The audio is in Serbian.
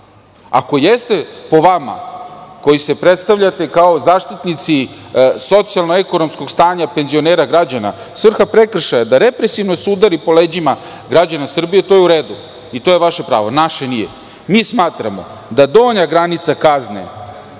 Ako jeste, po vama, koji se predstavljate kao zaštitnici socijalno-ekonomskog stanja penzionera građana, svrha prekršaja je da represivno se udari po leđima građana Srbije, to je u redu i to je vaše pravo, naše nije. Mi smatramo da donja granica kazne